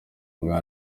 bwa